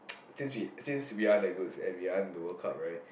since we since we aren't that good and we aren't the World Cup right